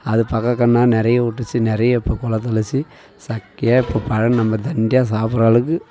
அது பக்கக் கன்றா நிறைய விட்டுச்சி நிறைய இப்போ குலை தள்ளுச்சு சக்கையாக இப்போப் பழம் நம்ம தண்டியாக சாப்பிட்றளவுக்கு